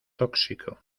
tóxico